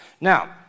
Now